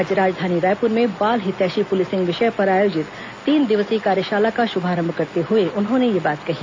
आज राजधानी रायपुर में बाल हितैषी पुलिसिंग विषय पर आयोजित तीन दिवसीय कार्यशाला का शुभारंभ करते हए उन्होंने यह बात कही